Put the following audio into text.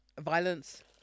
Violence